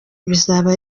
bizaba